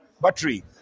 Battery